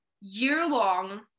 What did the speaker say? year-long